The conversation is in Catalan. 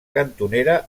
cantonera